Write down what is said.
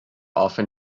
often